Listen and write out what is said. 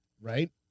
Right